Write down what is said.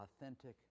authentic